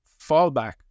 fallback